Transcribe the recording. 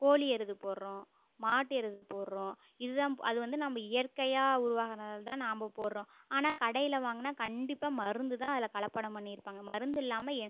கோழி எரு போடுறோம் மாட்டு எரு போடுறோம் இது தான் அது வந்து நம்ம இயற்கையாக உருவாகினது தான் நாம் போடுறோம் ஆனால் கடையில் வாங்கினா கண்டிப்பாக மருந்து தான் அதில் கலப்படம் பண்ணியிருப்பாங்க மருந்தில்லாமல் எ